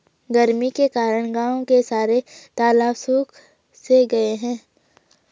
गर्मी के कारण गांव के सारे तालाब सुख से गए हैं